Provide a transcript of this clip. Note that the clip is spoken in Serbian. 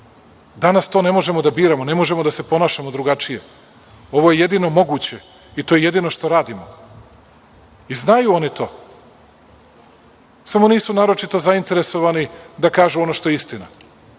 Danas ne možemo da biramo, ne možemo da se ponašamo drugačije. Ovo je jedino moguće i to je jedino što radimo. Znaju oni to, ali nisu naročito zainteresovani da kažu ono što je istina,